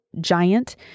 giant